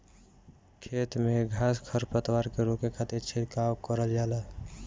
खेत में घास खर पतवार के रोके खातिर छिड़काव करल जाला